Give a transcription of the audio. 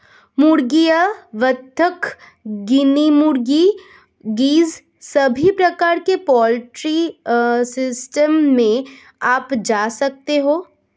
मुर्गियां, बत्तख, गिनी मुर्गी, गीज़ सभी प्रकार के पोल्ट्री सिस्टम में पाए जा सकते है